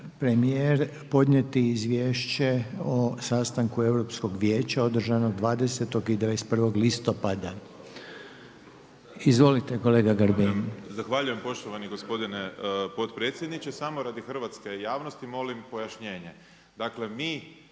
premijer podnijeti izvješće o sastanku Europskog vijeća održanog 20. i 21. listopada. Izvolite kolega Grbin. **Grbin, Peđa (SDP)** Zahvaljujem poštovani gospodine potpredsjedniče. Samo radi hrvatske javnosti molim pojašnjenje. Dakle mi